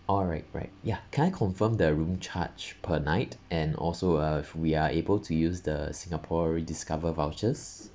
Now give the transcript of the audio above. oh right right ya can I confirm the room charge per night and also uh if we are able to use the singapore rediscover vouchers